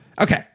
Okay